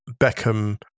Beckham